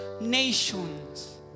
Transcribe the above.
nations